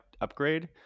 upgrade